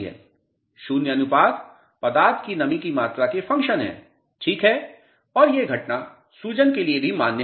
शून्य अनुपात पदार्थ की नमी की मात्रा के फंक्शन हैं ठीक है और ये घटना सूजन के लिए भी मान्य है